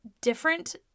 different